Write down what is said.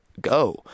go